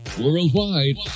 Worldwide